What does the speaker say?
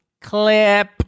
Clip